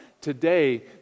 today